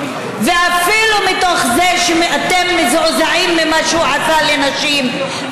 ואפילו מתוך זה שאתם מזועזעים ממה שהוא עשה לנשים.